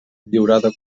lliurada